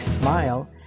Smile